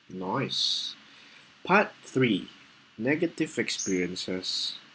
nice part three negative experiences